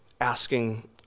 asking